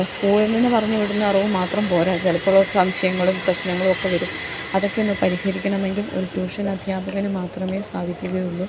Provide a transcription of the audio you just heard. സ്കൂളിൽനിന്ന് പറഞ്ഞ് വിടുന്ന അറിവ് മാത്രം പോരാ ചിലപ്പോൾ സംശയങ്ങളും പ്രശ്നങ്ങളും ഒക്കെ വെരും അതൊക്കെ ഒന്ന് പരിഹരിക്കണമെങ്കിൽ ഒരു ട്യൂഷൻ അധ്യാപകന് മാത്രമേ സാധിക്കുകയുള്ളൂ